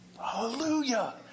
Hallelujah